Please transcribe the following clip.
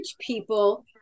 people